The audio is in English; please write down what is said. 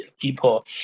people